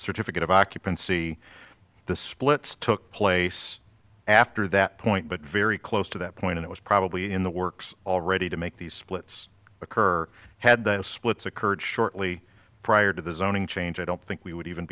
certificate of occupancy the splits took place after that point but very close to that point it was probably in the works already to make these splits occur had the splits occurred shortly prior to the zoning change i don't think we would even